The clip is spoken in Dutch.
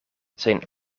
zijn